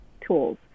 tools